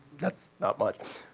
that's not mine.